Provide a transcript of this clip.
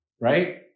right